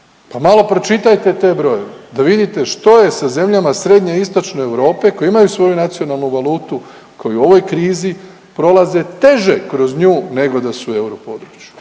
pa malo pročitajte te brojeve da vidite što je sa zemljama Srednje i Istočne Europe koje imaju svoju nacionalnu valutu koji u ovoj krizi prolaze teže kroz nju nego da su u europodručju.